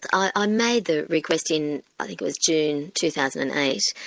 i ah made the request in i think it was june two thousand and eight,